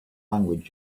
language